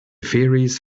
faeries